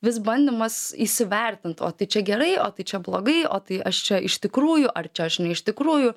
vis bandymas įsivertint o tai čia gerai o tai čia blogai o tai aš čia iš tikrųjų ar čia aš ne iš tikrųjų